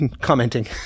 commenting